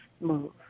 move